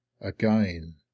again